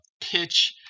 pitch